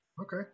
okay